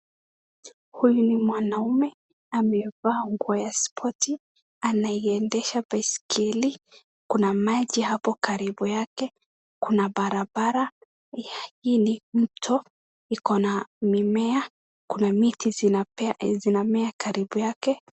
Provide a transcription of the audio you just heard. Huyu ni mwanaume amevaa nguo ya spoti anaiendesha baiskeli. Kuna maji hapo karibu yake, kuna barabara. Hii ni mto iko na mimea, kuna miti zinamea karibu yake.